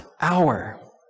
hour